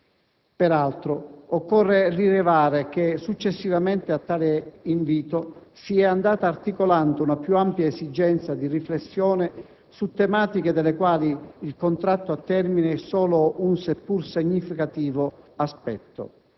Peraltro, occorre rilevare che successivamente a tale invito si è andata articolando una più ampia esigenza di riflessione su tematiche delle quali il contratto a termine è solo un, seppur significativo, aspetto.